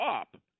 up